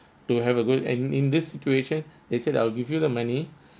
to have a good and in this situation they said I'll give you the money